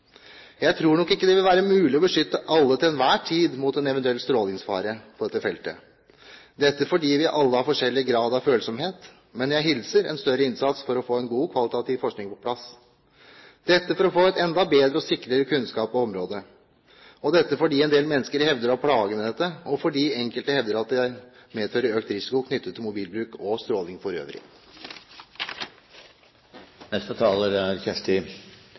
Jeg tror nok ikke det vil være mulig å beskytte alle til enhver tid mot en eventuell strålingsfare på dette feltet – dette fordi vi alle har forskjellig grad av følsomhet – men jeg hilser velkommen en større innsats for å få en god kvalitativ forskning på plass for å få en enda bedre og sikrere kunnskap på området, fordi en del mennesker hevder å ha plager med dette, og fordi enkelte hevder at det medfører økt risiko knyttet til mobilbruk og stråling for